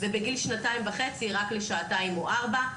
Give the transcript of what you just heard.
ובגיל שנתיים וחצי רק לשעתיים או ארבע.